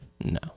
No